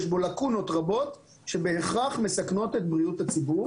יש בו לקונות רבות שבהכרח מסכנות את בריאות הציבור.